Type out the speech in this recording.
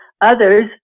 others